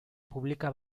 publica